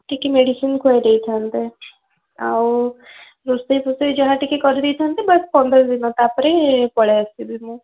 ଟିକେ ମେଡ଼ିସିନ୍ ଖୁଆଇ ଦେଇଥାନ୍ତେ ଆଉ ରୋଷେଇ ଫୋଷେଇ ଯାହା ଟିକେ କରିଦେଇଥନ୍ତେ ବାସ୍ ପନ୍ଦର ଦିନ ତା'ପରେ ପଳାଇ ଆସିବି ମୁଁ